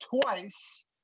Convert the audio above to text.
twice